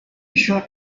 short